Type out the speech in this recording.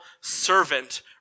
servant